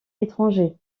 étranger